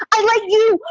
i like you.